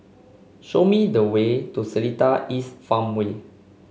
show me the way to Seletar East Farmway